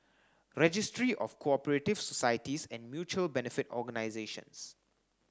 registry of Cooperative Societies and Mutual Benefit Organisations